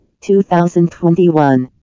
2021